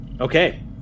Okay